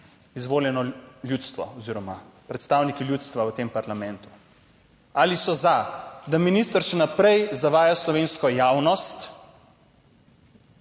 izvoljeni predstavniki ljudstva v tem parlamentu, ali so za, da minister še naprej zavaja slovensko javnost,